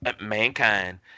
Mankind